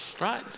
right